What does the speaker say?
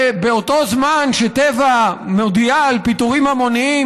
ובאותו זמן שטבע מודיעה על פיטורים המוניים,